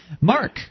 Mark